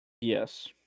Yes